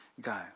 go